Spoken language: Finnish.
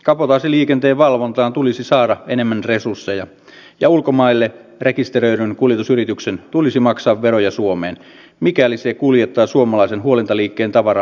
kabotaasiliikenteen valvontaan tulisi saada enemmän resursseja ja ulkomaille rekisteröidyn kuljetusyrityksen tulisi maksaa veroja suomeen mikäli se kuljettaa suomalaisen huolintaliikkeen tavaraa suomessa